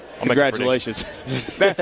Congratulations